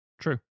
True